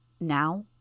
Now